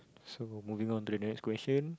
so moving on to the next question